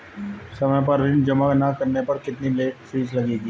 समय पर ऋण जमा न करने पर कितनी लेट फीस लगेगी?